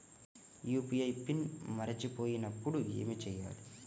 UPI pin మరచిపోయినప్పుడు ఏమి చేయాలి?